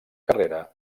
carrera